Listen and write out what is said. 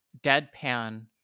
deadpan